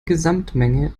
gesamtmenge